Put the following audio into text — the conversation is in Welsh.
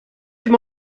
dim